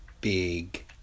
big